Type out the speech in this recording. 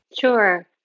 Sure